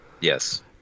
Yes